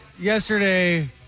yesterday